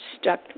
stuck